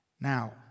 Now